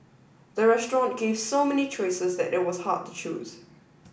the restaurant gave so many choices that it was hard to choose